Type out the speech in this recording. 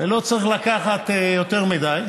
ולא צריך לקחת יותר מדי,